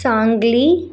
Sangli